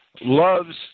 loves